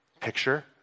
picture